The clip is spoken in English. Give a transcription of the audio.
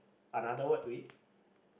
another word to it